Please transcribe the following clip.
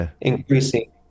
increasing